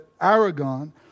Aragon